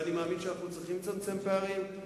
ואני מאמין שאנחנו צריכים לצמצם פערים,